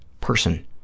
person